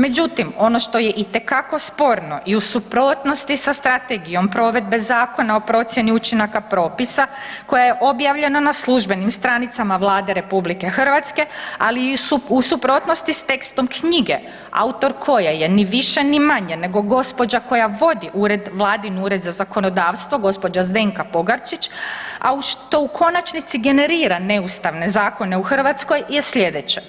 Međutim ono što je itekako sporno i suprotnosti sa strategijom provedbe Zakona o procjeni učinaka propisa koja je objavljena na službenim stranicama Vlade RH, ali i u suprotnosti s tekstom knjige autor koje je ni više ni manje nego gospođa koja vodi Vladin Ured za zakonodavstvo, gđa. Zdenka Pogačić, a što u konačnici generira neustavne zakone u Hrvatskoj je slijedeće.“